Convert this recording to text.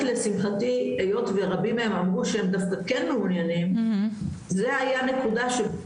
לשמחתי היות ורבים מהם אמרו שהם דווקא כן מעוניינים זה היה נקודה ש..